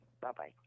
Bye-bye